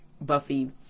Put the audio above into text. Buffy